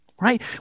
right